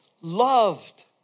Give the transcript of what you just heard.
loved